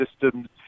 systems